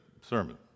sermon